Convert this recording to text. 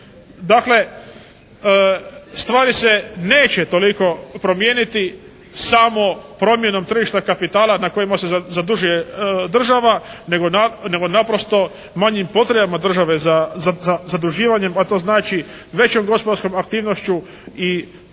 Dakle stvari se neće toliko promijeniti samo promjenom tržišta kapitala na kojima se zadužuje država nego naprosto manjim potrebama države za zaduživanjem, a to znači većom gospodarskom aktivnošću i boljom